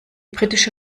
britische